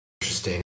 interesting